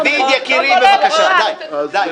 דוד, יקירי, בבקשה, די.